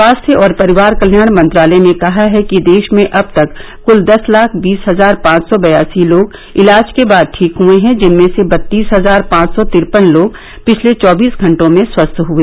स्वास्थ्य और परिवार कल्याण मंत्रालय ने कहा है कि देश में अब तक कल दस लाख बीस हजार पांच सौ बयासी लोग इलाज के बाद ठीक हए हैं जिनमें से बत्तीस हजार पांच सौ तिरपन लोग पिछले चौबीस घंटों में स्वस्थ हुए